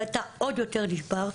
ואתה עוד יותר נשבר.